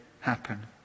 happen